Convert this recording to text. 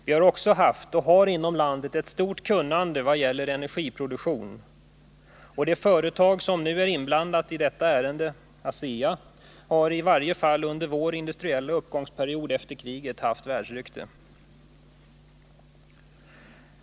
Vi har också haft och har inom landet ett stort kunnande i vad gäller energiproduktion, och det företag som nu är inblandat i detta ärende, ASEA, har i varje fall under vår industriella uppgångsperiod efter kriget haft världsrykte.